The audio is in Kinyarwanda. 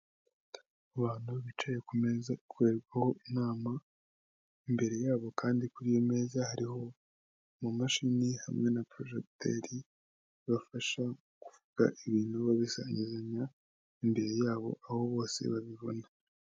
Abantutu bicaye kumeza ikorerwaho inama, imbere yabo kandi kuri iyo meza hariho amamashini, hamwe na porojegiteri ibafasha kuvuga ibintu babisangizanya, imbere yabo aho bose babibona.